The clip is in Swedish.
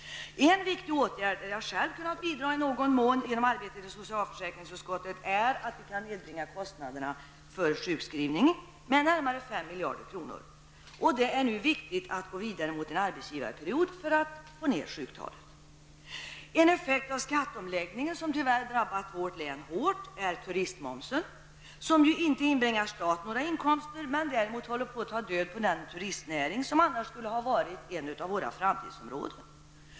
En viktig åtgärd, där jag själv kunnat bidra i någon mån genom arbetet i socialförsäkringsutskottet, är att vi kan nedbringa kostnaderna för sjukskrivning med närmare 5 miljarder kronor. Det är nu viktigt att gå vidare mot en arbetsgivarperiod för att få ned sjuktalet. En effekt av skatteomläggningen, som tyvärr drabbat vårt län hårt, är turistmomsen, som inte inbringar staten några inkomster, men som däremot håller på att ta död på den turistnäring som annars skulle ha varit ett av Värmlands framtidsområden.